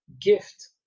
gift